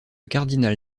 cardinal